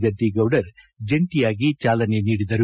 ಗದ್ದಿಗೌಡರ್ ಜಂಟಿಯಾಗಿ ಚಾಲನೆ ನೀಡಿದರು